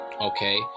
okay